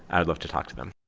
i would love to talk to them.